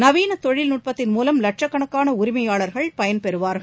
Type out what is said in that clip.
நவீன தொழில்நுட்பத்தின் மூலம் லட்சக்கணக்கான உரிமையாளர்கள் பயன்பெறுவார்கள்